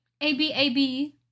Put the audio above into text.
A-B-A-B